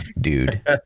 dude